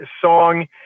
song